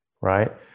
Right